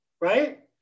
right